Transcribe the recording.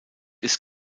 ist